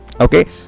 okay